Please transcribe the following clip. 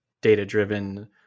data-driven